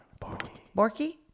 Borky